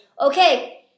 okay